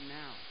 now